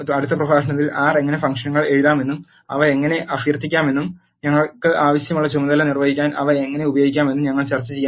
അടുത്ത പ്രഭാഷണത്തിൽ ആർ എങ്ങനെ ഫംഗ്ഷനുകൾ എഴുതാമെന്നും അവ എങ്ങനെ അഭ്യർത്ഥിക്കാമെന്നും ഞങ്ങൾക്ക് ആവശ്യമുള്ള ചുമതല നിർവഹിക്കാൻ അവ എങ്ങനെ ഉപയോഗിക്കാമെന്നും ഞങ്ങൾ ചർച്ച ചെയ്യാൻ പോകുന്നു